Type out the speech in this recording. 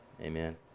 amen